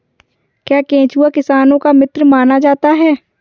क्या केंचुआ किसानों का मित्र माना जाता है?